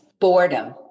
boredom